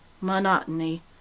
monotony